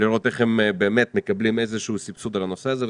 ולראות איך הם באמת מקבלים איזשהו סבסוד בנושא הזה.